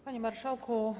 Panie Marszałku!